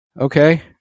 okay